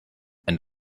and